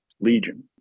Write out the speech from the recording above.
Legion